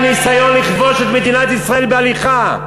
תלך לשם יש כאן ניסיון לכבוש את מדינת ישראל בהליכה.